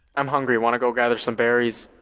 i'm hungry, wanna go gather some berries?